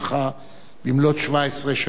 במלאות 17 שנים להירצחו.